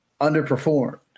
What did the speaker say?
underperformed